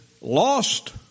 lost